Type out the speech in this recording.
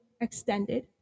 extended